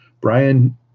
Brian